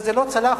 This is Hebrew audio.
וזה לא צלח,